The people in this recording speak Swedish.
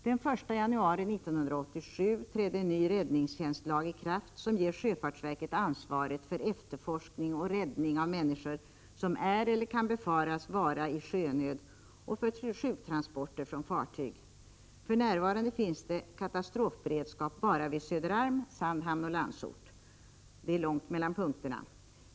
Den 1 januari 1987 trädde en ny räddningstjänstlag i kraft, som ger sjöfartsverket ansvaret för efterforskning och räddning av människor som är eller kan befaras vara i sjönöd samt för sjuktransporter från fartyg. För närvarande finns det katastrofberedskap bara vid Söderarm, Sandhamn och Landsort. Det är långt mellan punkterna.